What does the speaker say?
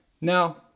Now